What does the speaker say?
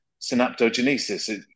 synaptogenesis